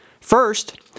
First